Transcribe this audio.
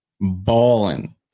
balling